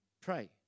Pray